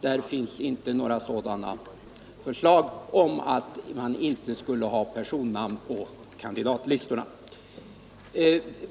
Där finns inte några förslag om att man inte skulle ha personnamn på kandidatlistorna.